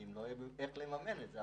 כי לא יודעים איך לממן את זה.